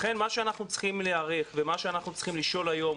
לכן מה שאנחנו צריכים להיערך ומה שאנחנו צריכים לשאול היום,